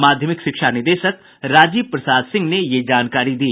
माध्यमिक शिक्षा निदेशक राजीव प्रसाद सिंह ने यह जानकारी दी